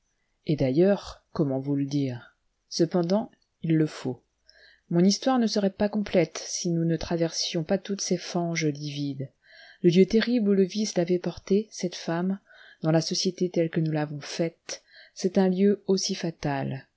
et d'ailleurs comment vous le dire cependant il le faut mon histoire ne serait pas complète si nous ne traversions pas toutes ces fanges livides le lieu terrible où le vice l'avait portée cette femme dans la société telle que nous l'avons faite c'est un lieu aussi fatal